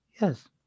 Yes